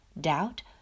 doubt